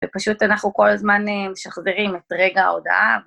ופשוט אנחנו כל הזמן משחזרים את רגע ההודעה.